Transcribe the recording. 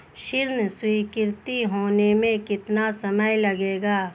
ऋण स्वीकृत होने में कितना समय लगेगा?